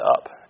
up